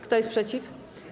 Kto jest przeciw?